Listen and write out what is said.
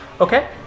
Okay